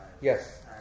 Yes